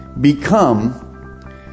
become